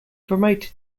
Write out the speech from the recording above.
promoted